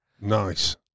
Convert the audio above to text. Nice